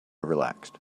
relaxed